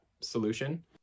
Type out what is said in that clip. Solution